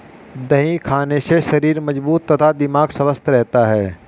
दही खाने से शरीर मजबूत तथा दिमाग स्वस्थ रहता है